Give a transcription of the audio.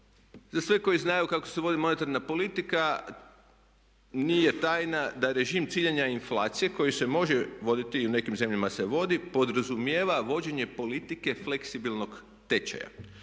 Za sve koji znaju kako se vodi monetarna politika nije tajna da režim ciljanja inflacije koji se može voditi i u nekim zemljama se vodi podrazumijeva vođenje politike fleksibilnog tečaja.